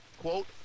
Quote